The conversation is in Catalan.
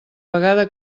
vegada